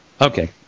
Okay